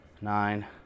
nine